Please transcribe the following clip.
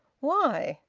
why?